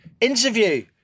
interview